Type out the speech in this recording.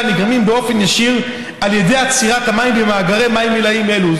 נגרמים באופן ישיר על ידי עצירת המים במאגרי מים עיליים אלו.